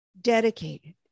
dedicated